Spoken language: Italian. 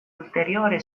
ulteriore